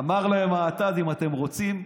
אמר להם האטד: אם אתם רוצים,